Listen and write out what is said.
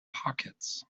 pockets